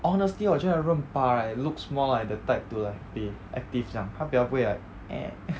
honestly 我觉得热巴 looks more like the type to like be active 这样她比较不会 like eh